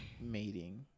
mating